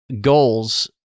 goals